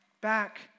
back